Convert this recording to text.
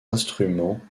instruments